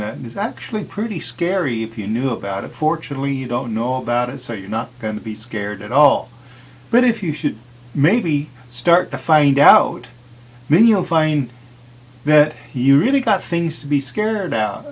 that is actually pretty scary if you knew about it fortunately you don't know all about it so you're not going to be scared at all but if you should maybe start to find out million find that you really got things to be scared out